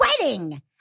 wedding